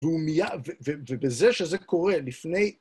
ובזה שזה קורה, לפני...